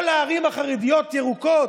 כל הערים החרדיות ירוקות,